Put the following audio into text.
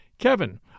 Kevin